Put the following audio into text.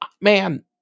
Man